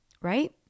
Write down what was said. Right